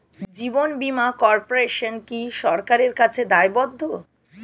জীবন বীমা কর্পোরেশন কি সরকারের কাছে দায়বদ্ধ?